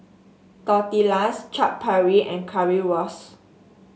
Tortillas Chaat Papri and Currywurst